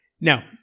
Now